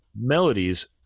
melodies